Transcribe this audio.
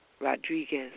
Rodriguez